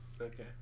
Okay